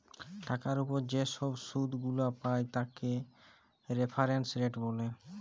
টাকার উপর যে ছব শুধ গুলা পায় তাকে রেফারেন্স রেট ব্যলে